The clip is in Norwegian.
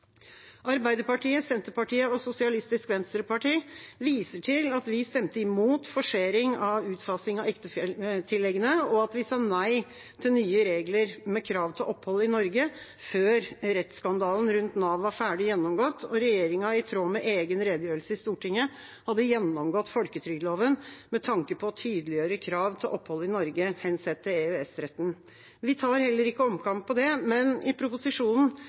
Arbeiderpartiet, Senterpartiet og Sosialistisk Venstreparti viser til at vi stemte imot forsering av utfasing av ektefelletilleggene, og at vi sa nei til nye regler med krav til opphold i Norge før rettsskandalen rundt Nav var ferdig gjennomgått og regjeringa i tråd med egen redegjørelse i Stortinget hadde gjennomgått folketrygdloven med tanke på å tydeliggjøre krav til opphold i Norge, hensett til EØS-retten. Vi tar heller ikke omkamp på det, men i proposisjonen